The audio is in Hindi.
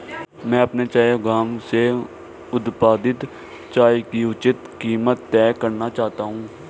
मैं अपने चाय उद्योग से उत्पादित चाय की उचित कीमत तय करना चाहता हूं